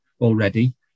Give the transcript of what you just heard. already